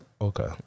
Okay